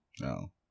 No